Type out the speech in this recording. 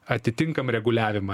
atitinkam reguliavimą